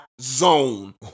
zone